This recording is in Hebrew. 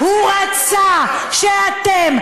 הוא רצה שאתם,